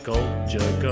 Culture